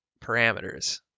parameters